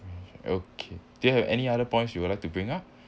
okay do you have any other points you would like to bring up